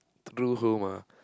ah